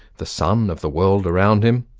the sun of the world around him,